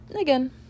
again